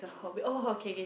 oh okay kay kay